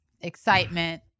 excitement